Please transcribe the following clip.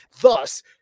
thus